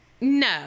No